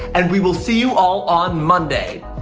and we will see you all on monday.